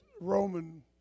Roman